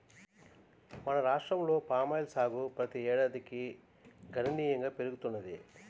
మన రాష్ట్రంలో పామాయిల్ సాగు ప్రతి ఏడాదికి గణనీయంగా పెరుగుతున్నది